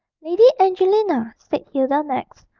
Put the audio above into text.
lady angelina said hilda next,